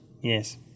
yes